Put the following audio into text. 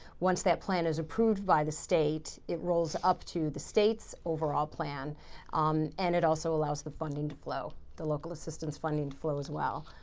once that plan is approved by the state, it rolls up to the state's overall plan um and it also allows the funding to flow, the local assistance funding to flow as well.